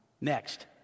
Next